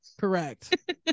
correct